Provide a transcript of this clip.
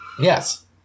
Yes